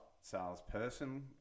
salesperson